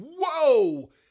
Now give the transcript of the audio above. whoa